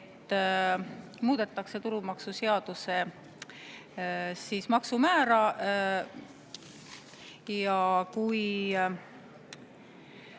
et muudetakse tulumaksuseaduses maksumäära, mis